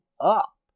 up